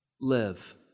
live